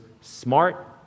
smart